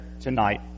tonight